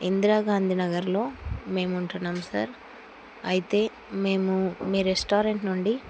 ఇందిరా గాంధీ నగరులో మేముంటున్నాము సార్ అయితే మేము మీ రెస్టారెంట్ నుండి